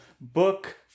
book